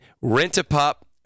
Rent-A-Pup